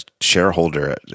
shareholder